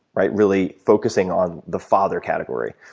right, really focusing on the father category.